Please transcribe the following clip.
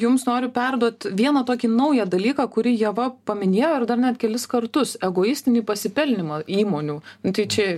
jums noriu perduot vieną tokį naują dalyką kurį ieva paminėjo ir dar net kelis kartus egoistinį pasipelnymą įmonių tai čia